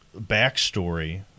backstory